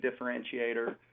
differentiator